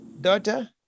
daughter